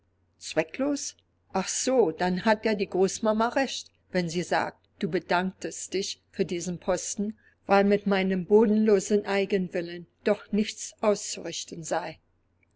zwecklos ach so dann hat ja die großmama recht wenn sie sagt du bedanktest dich für diesen posten weil mit meinem bodenlosen eigenwillen doch nichts auszurichten sei